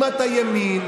אם אתה ימין,